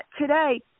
today